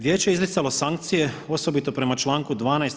Vijeće je izricalo sankcije osobito prema članku 12.